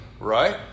right